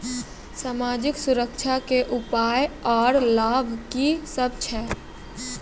समाजिक सुरक्षा के उपाय आर लाभ की सभ छै?